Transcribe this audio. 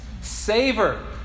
Savor